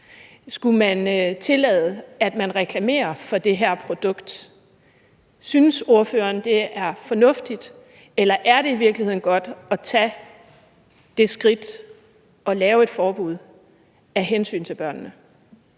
Skulle man tillade, at man reklamerer for det her produkt? Synes ordføreren, det er fornuftigt, eller er det i virkeligheden godt at tage det skridt og lave et forbud af hensyn til børnene?